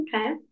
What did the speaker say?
Okay